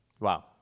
Wow